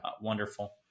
wonderful